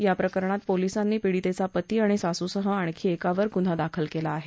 या प्रकरणात पोलीसांनी पिडीतेचा पती आणि सासूसह आणखी एकावर गुन्हा दाखल केला आहे